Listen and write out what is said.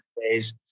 days